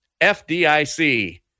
FDIC